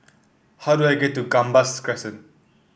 how do I get to Gambas Crescent